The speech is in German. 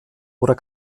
oder